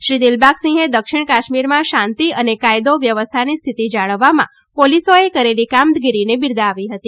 શ્રી દિલબાગસિંહે દક્ષિણ કાશ્મીરમાં શાંતિ અને કાયદો વ્યવસ્થાની સ્થિતિ જાળવવામાં પોલિસોએ કરેલી કામગીરીની બિરદાવી હતી